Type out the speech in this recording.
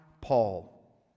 Paul